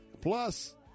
Plus